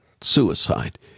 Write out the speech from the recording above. suicide